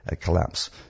collapse